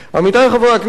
עמיתי חברי הכנסת,